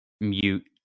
mute